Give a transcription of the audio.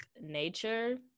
nature